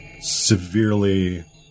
severely